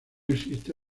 existe